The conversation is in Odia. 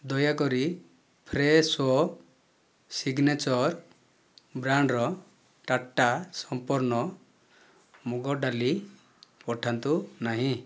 ଦୟାକରି ଫ୍ରେଶୋ ସିଗ୍ନେଚର୍ ବ୍ରାଣ୍ଡ୍ର ଟାଟା ସମ୍ପନ୍ନ ମୁଗ ଡାଲି ପଠାନ୍ତୁ ନାହିଁ